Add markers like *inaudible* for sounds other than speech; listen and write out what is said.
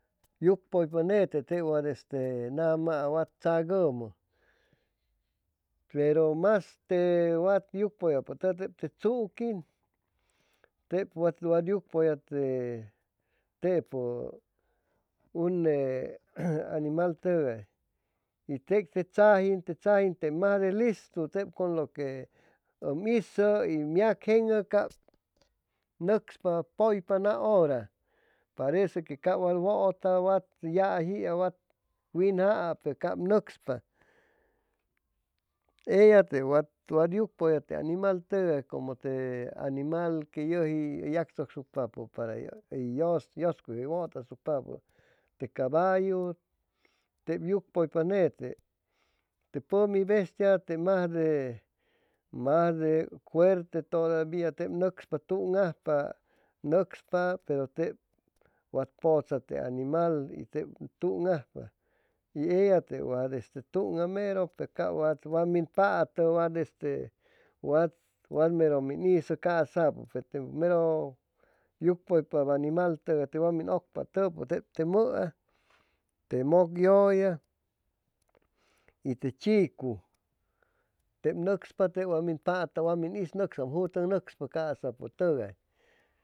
Yucpʉypa nete tep wat este nama wa wa tzagʉmʉ pero mas te wa yucpʉllʉpʉtigay tep te tzuquin tep wad wad yucpʉya te tepo une *hesitation* amimal tʉgay y tec te tzajin tep majde listu tep con lo que ʉm hizʉ y ʉm yacjenʉ cap nʉcspa pʉypa na hora parece qye cap wat wat wat yajia wat winjaa cap nʉcspa ella te wat wat yucpʉlla te animal tʉgay como te animal que yʉgi hʉy yactzʉcsucpapʉ para hʉy yʉscuy watasucpapʉ te caballu tep yucpʉypa nete te pʉmi bestia tep majde majde fuerte todavia tep nʉcspa tuŋajpa nocspa pero tep wat pʉcha te animal tep tuŋajpa y ella tep wat este tuŋa mero pe ca wat min patʉ wat merʉ min hizʉ caasapʉ pe te merʉ yucpʉypab animal tʉgay tep wam min ʉcpatʉpʉ tep te mʉa te mʉcllʉya y te chiicu tep nʉcspa te wa min patʉ wa min is nʉcsʉ jutʉg nocspa casapʉtʉgay